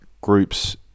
groups